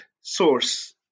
source